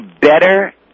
better